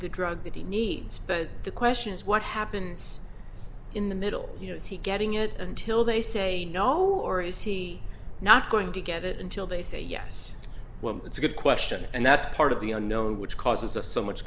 the drug that he needs but the question is what happens in the middle you know is he getting it until they say no or is he not going to get it until they say yes it's a good question and that's part of the unknown which causes of so much